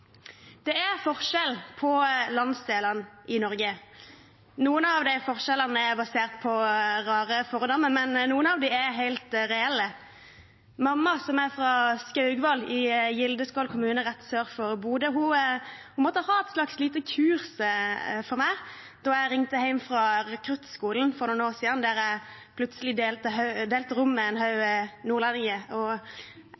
Det er forskjell på landsdelene i Norge. Noen av disse forskjellene er basert på rare fordommer, men noen av dem er helt reelle. Mamma, som er fra Skaugvoll i Gildeskål kommune, rett sør for Bodø, måtte ha et slags lite kurs for meg da jeg ringte hjem fra rekruttskolen for noen år siden fordi jeg plutselig delte rom med en